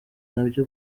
nabyo